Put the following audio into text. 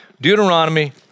Deuteronomy